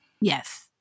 Yes